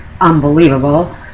unbelievable